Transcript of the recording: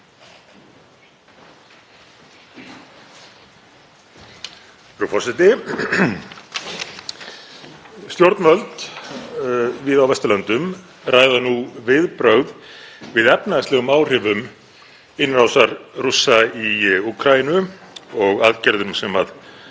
Frú forseti. Stjórnvöld víða á Vesturlöndum ræða nú viðbrögð við efnahagslegum áhrifum innrásar Rússa í Úkraínu og aðgerða sem af